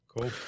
Cool